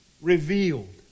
revealed